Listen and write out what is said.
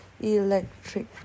electric